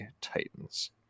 Titans